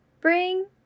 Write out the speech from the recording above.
bring